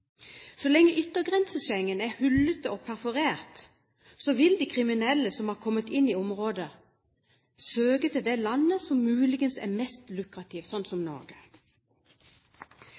Så lenge yttergrense-Schengen er hullete og perforert vil de kriminelle som har kommet inn i området, søke til det landet som muligens er mest lukrativt, slik som Norge.